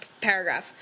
paragraph